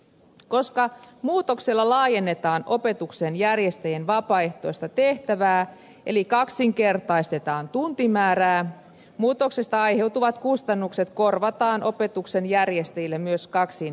koska muutoksella laajennetaan opetuksen järjestäjien vapaaehtoista tehtävää eli kaksinkertaistetaan tuntimäärä muutoksesta aiheutuvat kustannukset korvataan opetuksen järjestäjille myös kaksinkertaisina